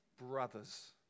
Brothers